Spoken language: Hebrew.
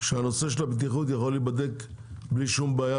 שנושא הבטיחות יכול להיבדק בלי שום בעיה,